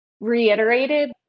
reiterated